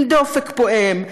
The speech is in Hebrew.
עם דופק פועם,